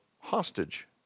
hostage